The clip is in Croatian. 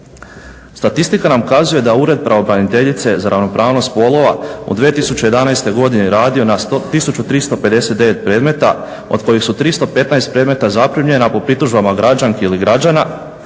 Statistika nam kazuje da Ured pravobraniteljice za ravnopravnost spolova u 2011. godini radio na 1359 predmeta od kojih su 315 predmeta zaprimljena po pritužbama građanki ili građana.